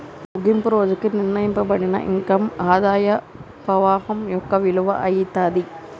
ముగింపు రోజుకి నిర్ణయింపబడిన ఇన్కమ్ ఆదాయ పవాహం యొక్క విలువ అయితాది